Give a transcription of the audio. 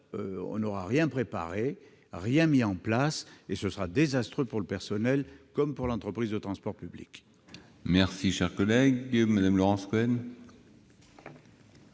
n'avons rien préparé, rien mis en place, ce sera désastreux pour le personnel, comme pour l'entreprise de transports publics. La parole est à Mme Laurence Cohen,